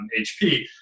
HP